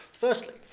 Firstly